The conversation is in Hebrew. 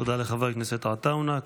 תודה לחבר הכנסת עטאונה.